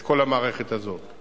את כל המערכת הזו.